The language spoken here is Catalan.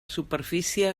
superfície